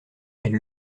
elle